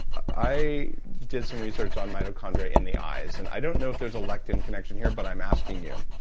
i did some research on mitochondria in the eyes, and i don't know if there's a lectin connection here but i'm asking you.